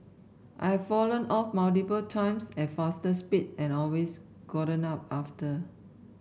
I've fallen off multiple times at faster speed and always gotten up after